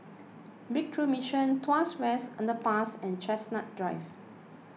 Breakthrough Mission Tuas West Underpass and Chestnut Drive